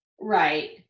Right